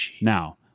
Now